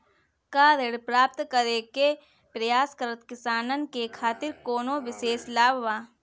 का ऋण प्राप्त करे के प्रयास करत किसानन के खातिर कोनो विशेष लाभ बा